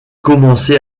commencé